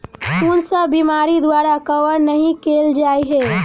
कुन सब बीमारि द्वारा कवर नहि केल जाय है?